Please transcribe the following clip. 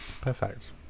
Perfect